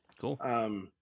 Cool